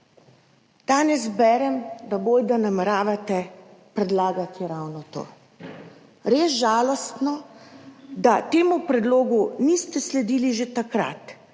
Danes berem, da bojda nameravate predlagati ravno to. Res žalostno, da temu predlogu niste sledili že takrat.